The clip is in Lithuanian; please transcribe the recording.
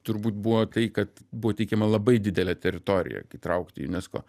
turbūt buvo tai kad buvo teikiama labai didelė teritorija įtraukti į unseco